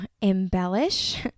embellish